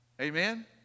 Amen